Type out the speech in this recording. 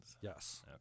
Yes